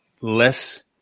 less